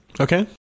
okay